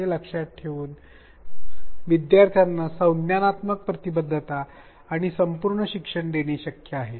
हे लक्षात ठेवून विद्यार्थ्यांना संज्ञानात्मक प्रतिबद्धता आणि संपूर्ण शिक्षण देणे शक्य आहे